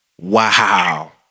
Wow